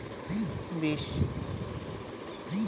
ধানের জমিতে কীটপতঙ্গ নিয়ন্ত্রণের জন্য কি ব্যবহৃত করব?